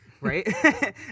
right